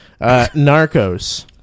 Narcos